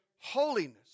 holiness